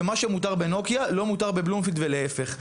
ומה שמותר בנוקיה לא מותר בבלומפילד, ולהיפך.